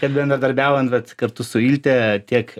kad bendradarbiaujant vat kartu su ilte tiek